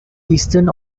eastern